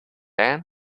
anne